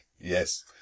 Yes